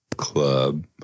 Club